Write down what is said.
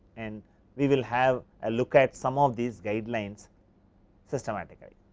and we will have a look at some of these guidelines systematically.